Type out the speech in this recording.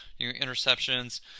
interceptions